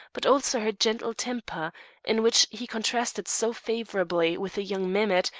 but also her gentle temper in which he contrasted so favourably with young mehemet,